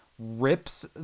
Rips